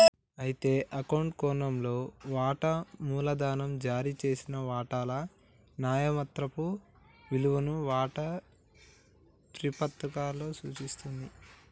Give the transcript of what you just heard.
అయితే అకౌంట్ కోణంలో వాటా మూలధనం జారీ చేసిన వాటాల న్యాయమాత్రపు విలువను వాటా ధ్రువపత్రాలలో సూచిస్తుంది